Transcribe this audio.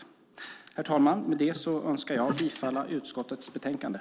Herr talman! Med det önskar jag yrka bifall till utskottets förslag i betänkandet.